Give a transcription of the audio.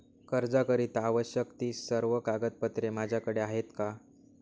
कर्जाकरीता आवश्यक ति सर्व कागदपत्रे माझ्याकडे आहेत का?